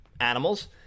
animals